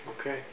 Okay